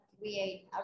create